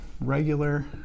Regular